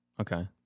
Okay